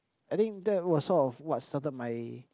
I think that was sort of what started my